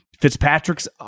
Fitzpatrick's